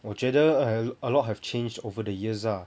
我觉得 err a lot have changed over the years lah